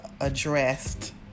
addressed